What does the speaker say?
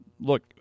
Look